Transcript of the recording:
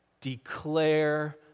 declare